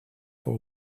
for